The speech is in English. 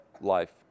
life